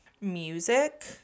music